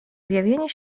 zjawienie